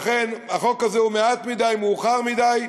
לכן החוק הזה הוא מעט מדי ומאוחר מדי.